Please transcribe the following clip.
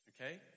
Okay